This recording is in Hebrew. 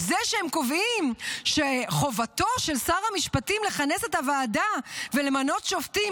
זה שהם קובעים שחובתו של שר המשפטים לכנס את הוועדה ולמנות שופטים,